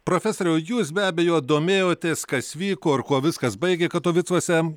profesoriau jūs be abejo domėjotės kas vyko ar kuo viskas baigė katovicuose